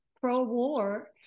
pro-war